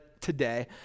today